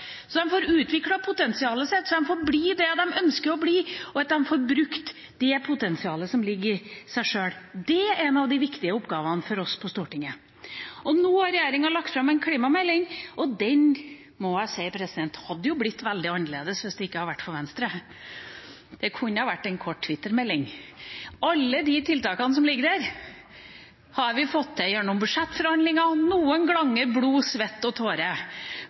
så de får utviklet potensialet sitt, så de får bli det de ønsker å bli, og at de får brukt det potensialet som ligger i dem sjøl. Det er en av de viktige oppgavene for oss på Stortinget. Nå har regjeringa også lagt fram en klimamelding, og den må jeg si hadde blitt veldig annerledes hvis det ikke hadde vært for Venstre. Det kunne blitt en kort twitter-melding. Alle de tiltakene som ligger der, har vi fått til gjennom budsjettforhandlinger – noen ganger med blod, svette og